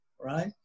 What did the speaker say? right